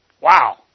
Wow